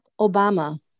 Obama